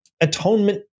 atonement